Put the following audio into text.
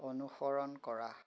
অনুসৰণ কৰা